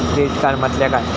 Credit card म्हटल्या काय?